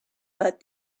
but